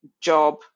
job